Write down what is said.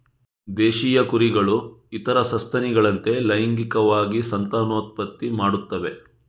ದೇಶೀಯ ಕುರಿಗಳು ಇತರ ಸಸ್ತನಿಗಳಂತೆ ಲೈಂಗಿಕವಾಗಿ ಸಂತಾನೋತ್ಪತ್ತಿ ಮಾಡುತ್ತವೆ